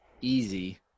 easy